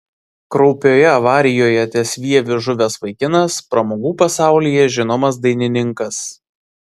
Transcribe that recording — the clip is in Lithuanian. kraupioje avarijoje ties vieviu žuvęs vaikinas pramogų pasaulyje žinomas dainininkas